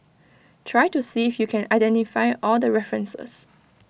try to see if you can identify all the references